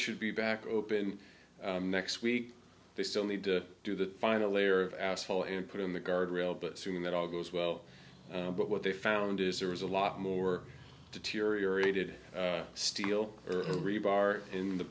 should be back open next week they still need to do the final layer of asshole and put in the guardrail but soon that all goes well but what they found is there was a lot more deteriorated steel